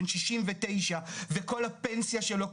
בן 69 וכל הפנסיה שלו,